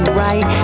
right